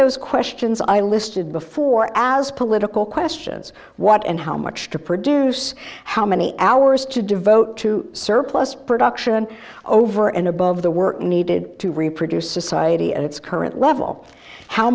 those questions i listed before as political questions what and how much to produce how many hours to devote to surplus production over and above the work needed to reproduce society at its current level how